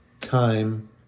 time